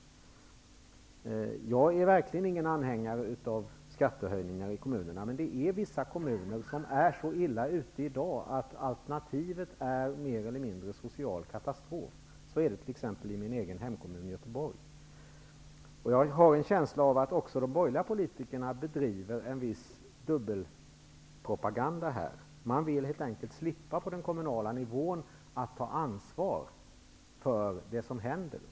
Jag är verkligen inte någon anghängare av kommunala skattehöjningar, men vissa kommuner är i dag så utsatta att alternativet mer eller mindre är social katastrof. Så är det t.ex. i min hemkommun Göteborg. Jag har en känsla av att de borgerliga politikerna bedriver en viss dubbelpropaganda. Man vill på den kommunala nivån slippa ta ansvar för det som händer.